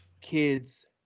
kids